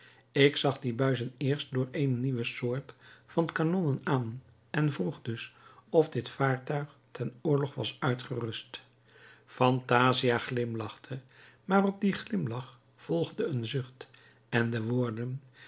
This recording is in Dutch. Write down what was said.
ik zag die buizen eerst voor eene nieuwe soort van kanonnen aan en vroeg dus of dit vaartuig ten oorlog was uitgerust phantasia glimlachte maar op dien glimlach volgde een zucht en de woorden